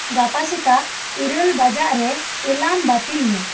ᱜᱟᱯᱟ ᱥᱮᱛᱟᱜ ᱤᱨᱟᱹᱞ ᱵᱟᱡᱟᱜ ᱨᱮ ᱮᱞᱟᱨᱢ ᱵᱟᱛᱤᱞ ᱢᱮ